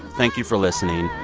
thank you for listening.